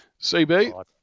CB